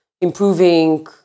improving